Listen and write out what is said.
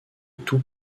tout